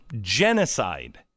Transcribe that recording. genocide